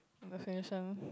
I'm gonna finish them